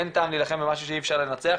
אין טעם להילחם במשהו שאי אפשר לנצח.